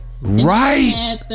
Right